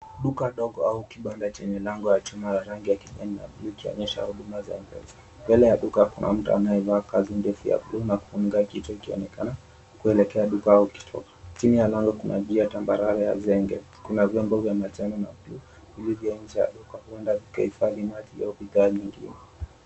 Duka dogo au kibanda chenye lango la chuma la rangi ya kijani na blue kimeonyesha huduma za M-Pesa. Mbele ya duka, kuna mtu anayevaa kanzu ndefu ya blue na kufunga kichwa, akionekana kuelekea duka au kituo. Chini ya lango kuna njia tambarare ya zege, kuna vyombo vya majani na blue vilivyo nje ya duka, huenda vikahifadhi maji au bidhaa nyingine.